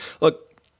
Look